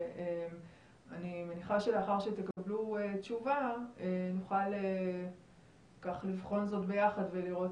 ואני מניחה שלאחר שתקבלו תשובה נוכל לבחון זאת ביחד ולראות